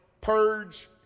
purge